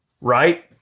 right